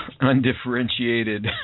undifferentiated